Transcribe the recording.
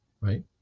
right